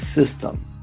system